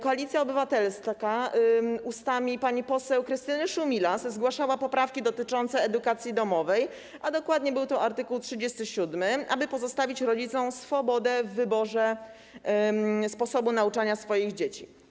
Koalicja Obywatelska ustami pani poseł Krystyny Szumilas zgłaszała poprawki dotyczące edukacji domowej - dokładnie był to art. 37 - tego, aby pozostawić rodzicom swobodę przy wyborze sposobu nauczania ich dzieci.